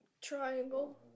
Triangle